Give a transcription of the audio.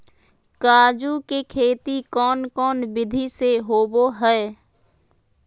काजू के खेती कौन कौन विधि से होबो हय?